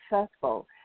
successful